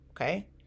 okay